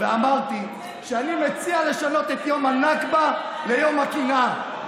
אמרתי שאני מציע לשנות את יום הנכבה ליום הקנאה.